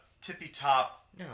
tippy-top